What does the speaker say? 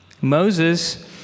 Moses